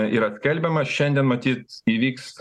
yra skelbiama šiandien matyt įvyks